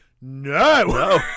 No